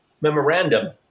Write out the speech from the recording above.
memorandum